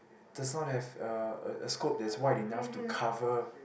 does not have uh a a scope that's wide enough to cover